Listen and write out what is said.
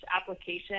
application